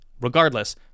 Regardless